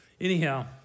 anyhow